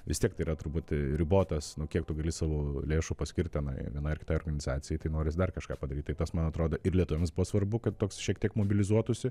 vis tiek tai yra turbūt ribotas nu kiek tu gali savo lėšų paskirt tenai vienai ar kitai organizacijai tai noris dar kažką padaryt tai tas man atrodo ir lietuviams buvo svarbu kad toks šiek tiek mobilizuotųsi